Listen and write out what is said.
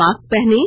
mask पहनें